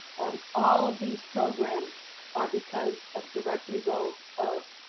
all of these programs are because of direct result of,